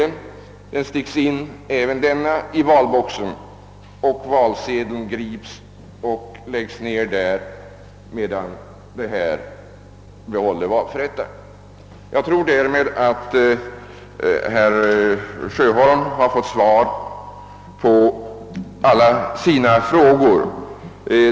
Det hela sticks in i valboxen och valsedeln grips och läggs ned där, medan kassetten behålls av valförrättaren. Jag tror att herr Sjöholm därmed fått svar på alla sina frågor.